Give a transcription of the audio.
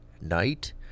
night